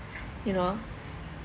you know